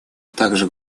также